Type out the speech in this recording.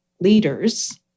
leaders